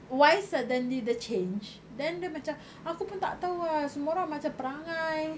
why suddenly the change then dia macam aku pun tak tahu ah semua orang macam perangai